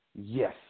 Yes